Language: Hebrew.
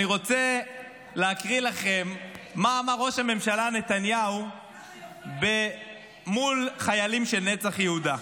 אני רוצה להקריא לכם מה אמר ראש הממשלה נתניהו מול חיילים של נצח יהודה: